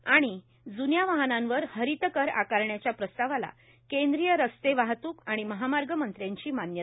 आणि त ज्न्या वाहनांवर हरीत कर आकरण्याच्या प्रस्तावाला केंद्रीय रास्ते वाहत्क आणि महामार्ग मंत्र्यांची मान्यता